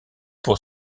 pour